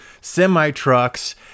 semi-trucks